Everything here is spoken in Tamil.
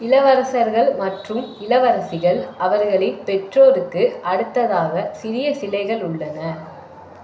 இளவரசர்கள் மற்றும் இளவரசிகள் அவர்களின் பெற்றோருக்கு அடுத்ததாக சிறிய சிலைகள் உள்ளன